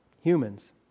humans